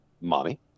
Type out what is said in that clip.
Mommy